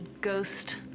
ghost